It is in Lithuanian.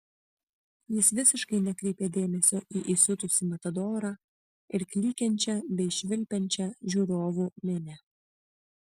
jis visiškai nekreipė dėmesio į įsiutusį matadorą ir klykiančią bei švilpiančią žiūrovų minią